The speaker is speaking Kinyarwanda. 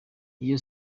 iyo